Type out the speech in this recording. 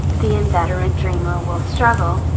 the inveterate dreamer will struggle,